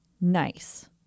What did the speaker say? Nice